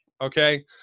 Okay